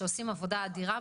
שעושים עבודה אדירה,